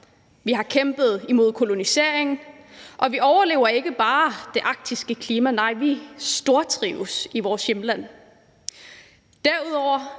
vi har kæmpet imod koloniseringen, og vi overlever ikke bare det arktiske klima, nej, vi stortrives i vores hjemland.